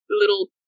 little